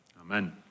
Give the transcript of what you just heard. Amen